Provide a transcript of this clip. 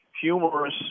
humorous